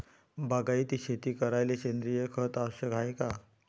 बागायती शेती करायले सेंद्रिय खत आवश्यक हाये का?